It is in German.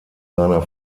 seiner